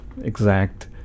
exact